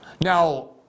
Now